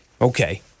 Okay